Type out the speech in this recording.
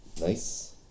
Nice